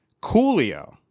Coolio